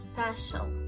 special